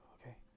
Okay